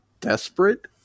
desperate